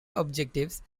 objectives